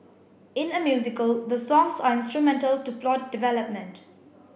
in a musical the songs are instrumental to plot development